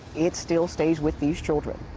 it still stays with these children.